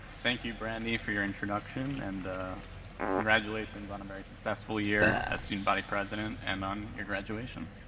thank you, brandy, for your introduction and congratulations on a very successful year as student body president and on your graduation.